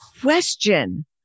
question